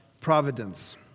providence